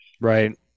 right